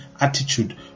attitude